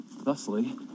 Thusly